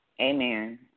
Amen